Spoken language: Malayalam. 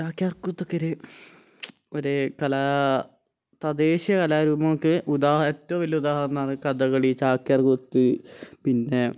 ചാക്യാർകൂത്തെക്കെ ഒരു ഒരേ കലാ തദ്ദേശീയ കലാരൂപങ്ങൾക്ക് ഏറ്റവും വലിയ ഉദാഹരണമാണ് കഥകളി ചാക്യാർകൂത്ത് പിന്നെ